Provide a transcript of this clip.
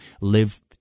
live